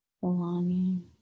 belonging